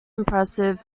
impressive